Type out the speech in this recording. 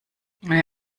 den